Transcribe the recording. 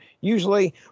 Usually